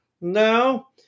no